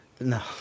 No